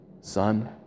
son